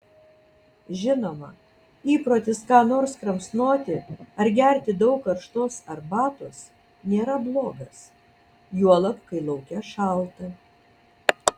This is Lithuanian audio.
žinoma įprotis ką nors kramsnoti ar gerti daug karštos arbatos nėra blogas juolab kai lauke šalta